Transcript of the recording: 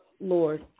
Lord